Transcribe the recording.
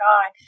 God